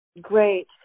Great